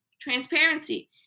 transparency